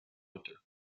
winter